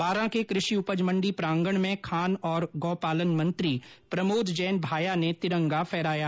बारां के कृषि उपज मंडी प्रांगण में खान और गोपालन मंत्री प्रमोद जैन भाया ने तिरंगा फहराया